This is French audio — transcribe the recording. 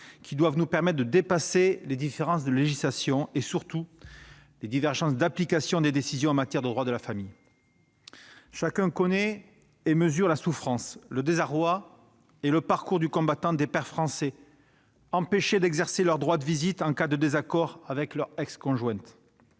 qui doivent nous permettre de dépasser les différences de législation et, surtout, les divergences dans l'application des décisions en matière de droit de la famille. Chacun connaît et mesure la souffrance, le désarroi et le parcours du combattant des pères français empêchés d'exercer leur droit de visite en cas de désaccord avec leur ex-conjointe.